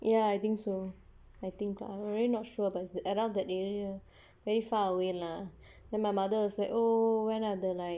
ya I think so I think lah really not sure but is around that area very far away lah then my mother was like oh when are the like then my my